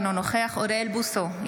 אינו נוכח אוריאל בוסו,